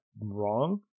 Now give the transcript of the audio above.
wrong